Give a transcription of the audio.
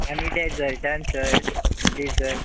आनी डेजर्टान सर डिजर्ट